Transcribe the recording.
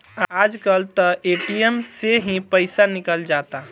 आज कल त ए.टी.एम से ही पईसा निकल जाता